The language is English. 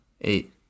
eight